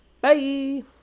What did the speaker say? Bye